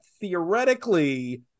theoretically